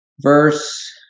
verse